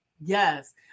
Yes